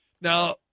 Now